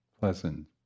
pleasant